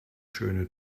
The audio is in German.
schöne